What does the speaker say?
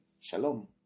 Shalom